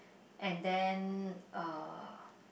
and then uh